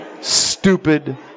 Stupid